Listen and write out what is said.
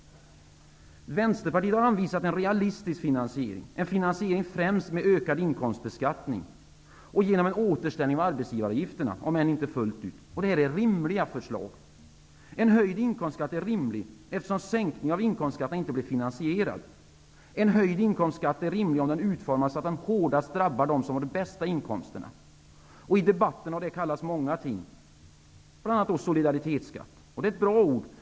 Vänsterpartiet har anvisat en realistisk finansiering. En finansiering främst genom ökad inkomtsbeskattning och genom en återställning av arbetsgivaravgifterna, om än inte fullt ut. Detta är rimliga förslag. En höjd inkomstskatt är rimlig, eftersom sänkningen av inkomstskatterna inte blev finansierad. En höjd inkomstsskatt är rimlig om den utformas så att den hårdast drabbar de som har de bästa inkomsterna. I debatten har detta kallats många ting, bl.a. solidaritetsskatt. Det är ett bra ord.